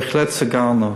בהחלט סגרנו,